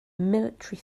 military